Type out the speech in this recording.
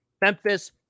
Memphis